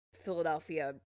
Philadelphia